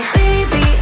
baby